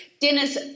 dinners